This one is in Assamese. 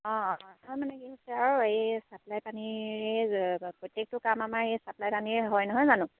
অঁ অঁ মানে কি হৈছে আৰু এই ছাপ্লাই পানী প্ৰত্যেকটো কাম আমাৰ এই ছাপ্লাই পানীৰেই হয় নহয় জানো